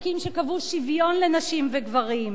חוקים שקבעו שוויון לנשים וגברים.